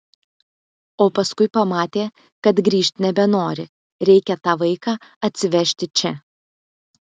o paskui pamatė kad grįžt nebenori reikia tą vaiką atsivežti čia